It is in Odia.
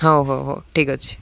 ହଉ ହଉ ହଉ ଠିକ୍ ଅଛି